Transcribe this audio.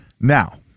Now